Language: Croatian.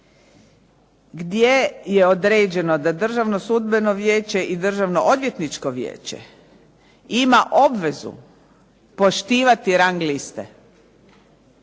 gdje je određeno da Državno sudbeno vijeće i Državno odvjetničko vijeće ima obvezu poštivati rang liste.